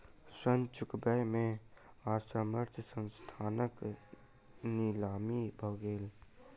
ऋण चुकबै में असमर्थ संस्थानक नीलामी भ गेलै